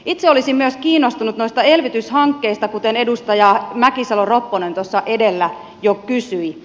itse olisin myös kiinnostunut noista elvytyshankkeista kuten edustaja mäkisalo ropponen tuossa edellä jo kysyi